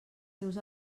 seus